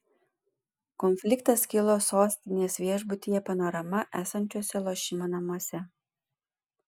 konfliktas kilo sostinės viešbutyje panorama esančiuose lošimo namuose